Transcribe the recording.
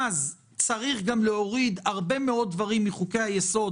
אז צריך גם להוריד הרבה מאוד דברים מחוקי-היסוד